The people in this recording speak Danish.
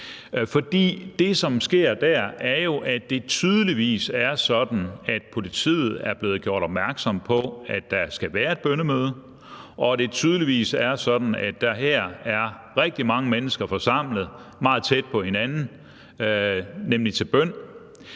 det, som sker der, er jo, at det tydeligvis er sådan, at politiet er blevet gjort opmærksom på, at der skal være et bønnemøde, og at det tydeligvis er sådan, at der er rigtig mange mennesker forsamlet meget tæt på hinanden, nemlig til bøn,